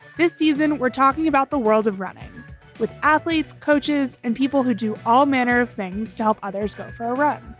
this season, we're talking about the world of running with athletes, coaches and people who do all manner of things help others go for a run.